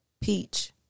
Peach